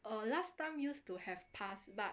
err last time used to have passed but